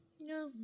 No